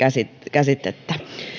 käsitettä